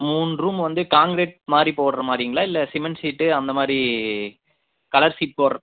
மூன்னுரூம் வந்து கான்கிரீட் மாதிரி போடுகிற மாதிரிங்களா இல்லை சிமெண்ட் சீட் அந்த மாதிரி கலர் சீட்